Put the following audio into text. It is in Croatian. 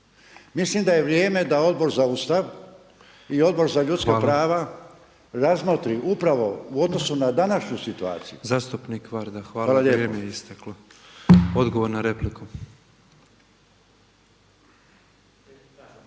Mislim da je vrijeme da Odbor za Ustav i Odbor za ljudska prava razmotri upravo u odnosu na današnju situaciju.